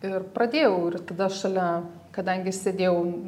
ir pradėjau ir tada šalia kadangi sėdėjau